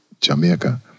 Jamaica